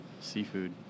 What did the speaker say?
seafood